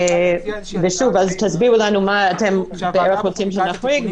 שוב, תסבירו לנו מה אתם רוצים שנחריג,